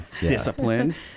disciplined